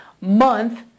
month